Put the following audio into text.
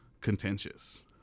contentious